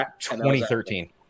2013